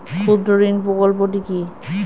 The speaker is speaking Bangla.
ক্ষুদ্রঋণ প্রকল্পটি কি?